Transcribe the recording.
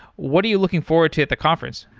what are you looking forward to at the conference?